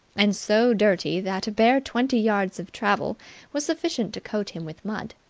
and so dirty that a bare twenty yards of travel was sufficient to coat him with mud.